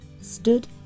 stood